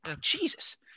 Jesus